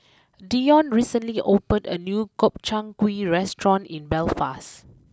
Deion recently opened a new Gobchang Gui restaurant in Belfast